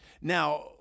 Now